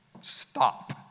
Stop